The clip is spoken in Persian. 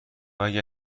اگه